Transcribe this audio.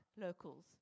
locals